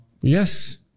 Yes